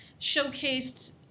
showcased